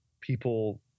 People